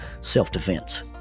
self-defense